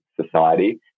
society